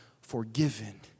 forgiven